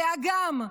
לאגם,